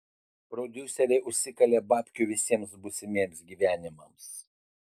prodiuseriai užsikalė babkių visiems būsimiems gyvenimams